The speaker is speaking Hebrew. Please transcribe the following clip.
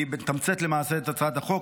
אני מתמצת למעשה את הצעת החוק.